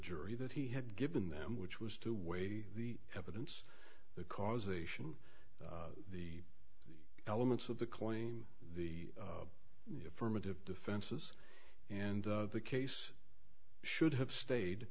jury that he had given them which was to weigh the evidence the causation the elements of the claim the affirmative defenses and the case should have stayed